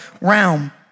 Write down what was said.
realm